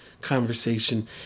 conversation